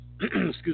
excuse